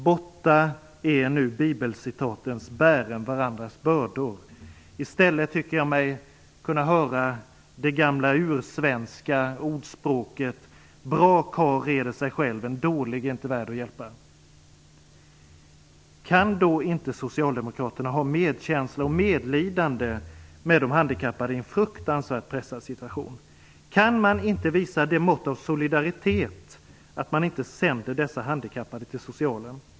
Borta är nu bibelcitatens "bären varandras bördor". I stället tycker jag mig kunna höra det gamla ursvenska ordspråket "Bra karl reder sig själv, en dålig är inte värd att hjälpa". Kan då inte Socialdemokraterna ha medkänsla och medlidande med de handikappade i en fruktansvärt pressad situation? Kan man inte visa så pass mycket solidaritet att man inte sänder dessa handikappade till socialen?